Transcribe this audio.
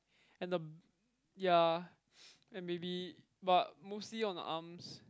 and the ya and maybe but mostly on the arms